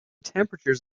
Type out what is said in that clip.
temperatures